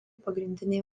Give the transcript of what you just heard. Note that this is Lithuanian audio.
pagrindinė